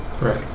Right